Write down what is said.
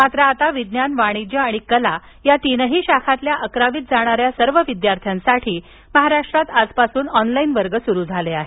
मात्र आता विज्ञान वाणिज्य आणि कला या तिनही शाखांतील अकरावीत जाणाऱ्या सर्व विद्यार्थ्यांसाठी महाराष्ट्रात आजपासून ऑनलाइन वर्ग सुरू होणार आहेत